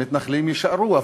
שמתנחלים יישארו,